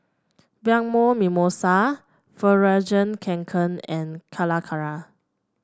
Bianco Mimosa Fjallraven Kanken and Calacara